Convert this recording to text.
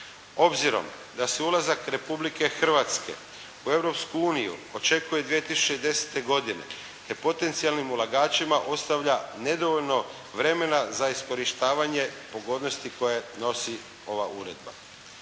Obzirom da se ulazak Republike Hrvatske u Europsku uniju očekuje 2010. godine, te potencijalnim ulagačima nedovoljno vremena za iskorištavanje pogodnosti koje nosi ova uredba.